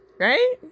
Right